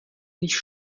nicht